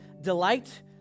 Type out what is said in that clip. delight